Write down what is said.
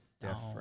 different